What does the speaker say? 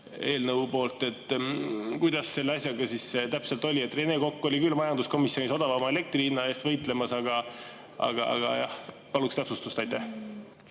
eelnõu poolt. Kuidas selle asjaga siis täpselt oli? Rene Kokk oli küll majanduskomisjonis odavama elektri hinna eest võitlemas, aga paluks täpsustust. Jah,